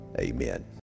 amen